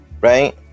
right